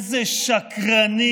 איזה שקרנים.